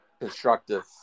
constructive